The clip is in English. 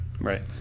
Right